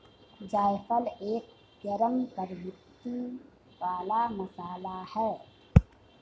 जायफल एक गरम प्रवृत्ति वाला मसाला है